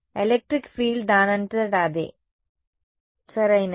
electric field దానంతట అదే సరైనది